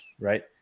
right